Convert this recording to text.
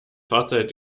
fahrzeug